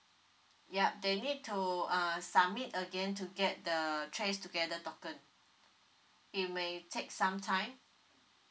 ya they need to uh submit again to get the uh trace together token uh it may take some time